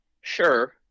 Sure